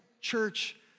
church